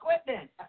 equipment